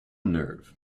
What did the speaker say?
nerve